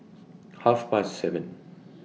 Half Past seven